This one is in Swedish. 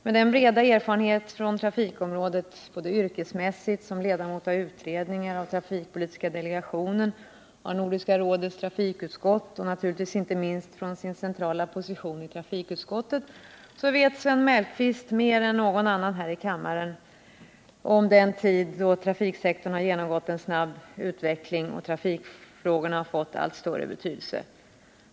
Med sin breda erfarenhet från trafikområdet — yrkesmässigt, som ledamot av utredningar, trafikpolitiska delegationen och Nordiska rådets trafikutskott och naturligtvis inte minst från sin centrala position i trafikutskottet — vet Sven Mellqvist mer än någon annan här i kammaren om den tid då trafiksektorn genomgått en snabb utveckling och trafikfrågorna fått allt större betydelse.